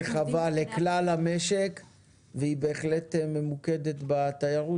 היא רחבה לגבי כלל המשק והיא בהחלט ממוקדת בתיירות,